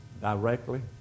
directly